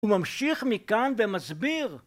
הוא ממשיך מכאן ומסביר.